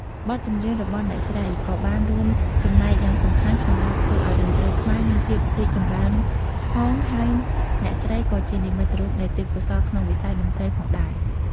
បទចម្រៀងរបស់អ្នកស្រីក៏បានរួមចំណែកយ៉ាងសំខាន់ក្នុងការធ្វើឱ្យតន្ត្រីខ្មែរមានភាពរីកចម្រើនផង ហើយអ្នកស្រីក៏ជានិមិត្តរូបនៃទេពកោសល្យក្នុងវិស័យតន្ត្រីផងដែរ។